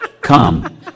Come